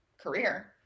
career